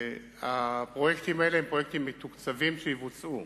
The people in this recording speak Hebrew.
הפרויקטים האלה הם פרויקטים מתוקצבים שיבוצעו.